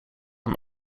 een